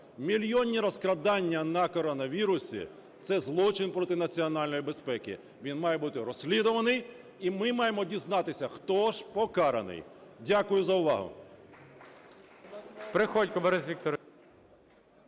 Мільйонні розкрадання на коронавірусі – це злочин проти національної безпеки. Він має бути розслідуваний і ми маємо дізнатися, хто ж покараний. Дякую за увагу.